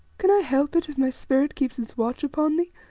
can i help it if my spirit keeps its watch upon thee,